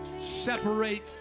Separate